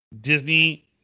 Disney